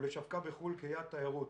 ולשווקה בחו"ל כיעד תיירות.